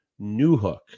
Newhook